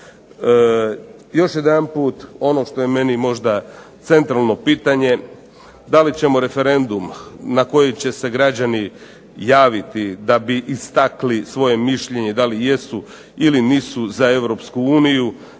Još jedanput ono što je meni možda centralno pitanje, da li ćemo referendum na koji će se građani javiti da bi istakli svoje mišljenje da li jesu ili nisu za Europsku uniju,